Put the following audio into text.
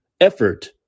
effort